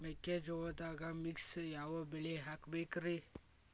ಮೆಕ್ಕಿಜೋಳದಾಗಾ ಮಿಕ್ಸ್ ಯಾವ ಬೆಳಿ ಹಾಕಬೇಕ್ರಿ?